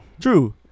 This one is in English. True